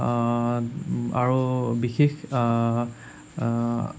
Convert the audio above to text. আৰু বিশেষ